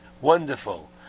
wonderful